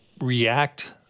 react